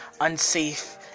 unsafe